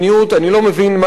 אני לא מבין מה המטרה,